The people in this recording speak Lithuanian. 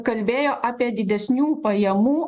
kalbėjo apie didesnių pajamų